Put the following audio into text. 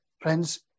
Friends